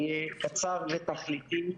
אהיה קצר ותכליתי.